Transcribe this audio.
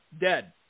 Dead